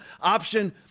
option